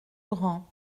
grand